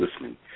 listening